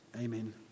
amen